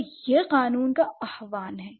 तो यह एक कानून का आह्वान है